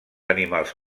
animals